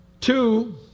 Two